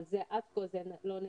אבל עד כה זה לא נעשה.